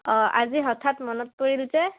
অঁ আজি হঠাৎ মনত পৰিল যে